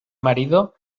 marido